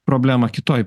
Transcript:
problemą kitoj